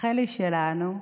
רחלי שלנו,